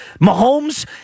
Mahomes